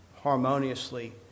harmoniously